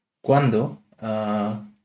¿Cuándo